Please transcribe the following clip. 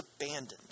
abandoned